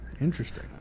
Interesting